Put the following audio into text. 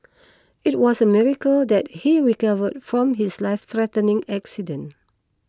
it was a miracle that he recovered from his life threatening accident